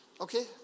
Okay